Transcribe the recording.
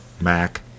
Mac